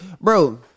bro